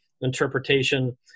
interpretation